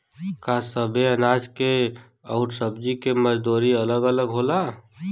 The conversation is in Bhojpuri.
का सबे अनाज के अउर सब्ज़ी के मजदूरी अलग अलग होला?